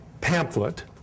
pamphlet